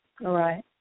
Right